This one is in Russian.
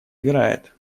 играет